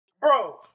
Bro